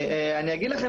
אני אגיד לכם,